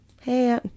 hey